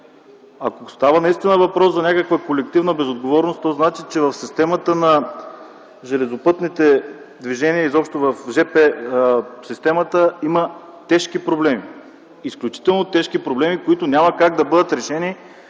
Ако става въпрос наистина за някаква колективна безотговорност, то значи, че в системата на железопътните движения изобщо в жп системата има тежки проблеми, изключително тежки проблеми, които няма как да бъдат решени